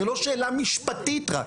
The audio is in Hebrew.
זו לא שאלה משפטית רק.